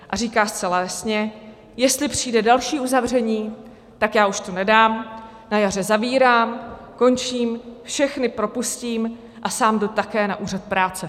A říká zcela jasně: Jestli přijde další uzavření, tak já už to nedám, na jaře zavírám, končím, všechny propustím a sám jdu také na úřad práce.